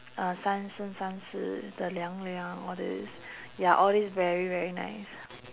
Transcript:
uh san sheng san shi the liang liang all this ya all this very very nice